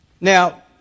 Now